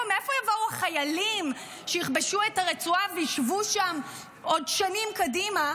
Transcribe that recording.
מאיפה יבואו החיילים שיכבשו את הרצועה וישבו שם עוד שנים קדימה,